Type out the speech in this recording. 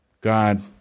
God